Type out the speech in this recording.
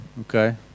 okay